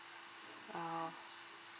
uh